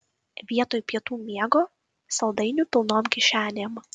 vietoj pietų miego saldainių pilnom kišenėm